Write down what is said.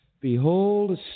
Behold